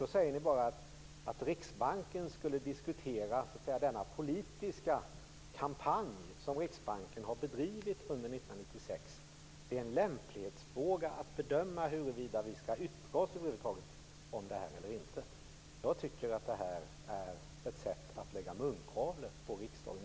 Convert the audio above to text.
Då säger ni bara att det är en lämplighetsfråga huruvida riksdagen över huvud taget skall yttra sig om den politiska kampanj som Riksbanken har bedrivit under 1996. Jag tycker att det är ett sätt att lägga munkavle på riksdagen.